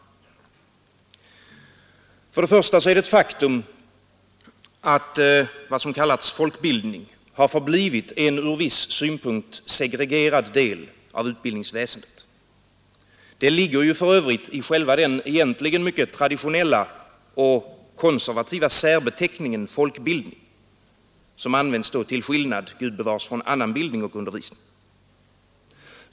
Till att börja med är det ett faktum att folkbildningen förblivit en ur viss synpunkt segregerad del av utbildningsväsendet. Det ligger för övrigt i själva den egentligen mycket traditionella och konservativa särbeteckningen ”folkbildning” som används till skillnad — gud bevars — från annan bildning och undervisning.